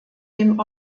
dem